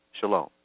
Shalom